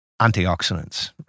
antioxidants